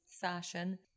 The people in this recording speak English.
fashion